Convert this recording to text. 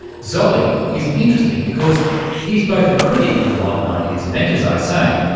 zolli is interesting because he's both a critic of the modern ideas event, as i say,